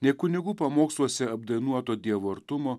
nei kunigų pamoksluose apdainuoto dievo artumo